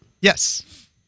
Yes